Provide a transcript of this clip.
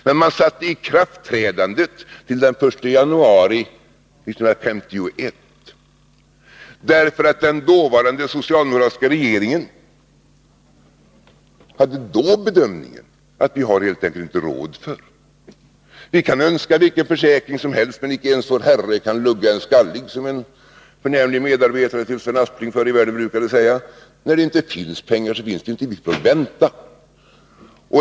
Men man satte ikraftträdandet till den 1 januari 1951, därför att den dåvarande socialdemokratiska regeringen gjorde bedömningen att vi helt enkelt inte hade råd förr. Vi kan önska vilken försäkring som helst, men icke ens vår Herre kan lugga en skallig, som en förnämlig medarbetare till Sven Aspling förr i världen brukade säga. När det inte finns pengar, så finns det inte, utan vi får vänta.